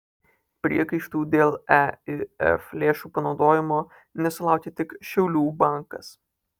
priekaištų dėl eif lėšų panaudojimo nesulaukė tik šiaulių bankas